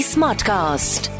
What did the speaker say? Smartcast